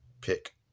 pick